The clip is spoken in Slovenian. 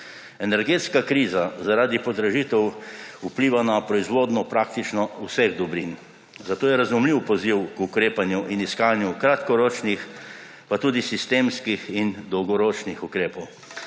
Energetska kriza zaradi podražitev vpliva na proizvodnjo praktično vseh dobrih, zato je razumljiv poziv k ukrepanju in iskanju kratkoročnih pa tudi sistemskih in dolgoročnih ukrepov.